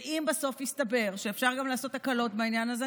ואם בסוף יסתבר שאפשר גם לעשות הקלות בעניין הזה,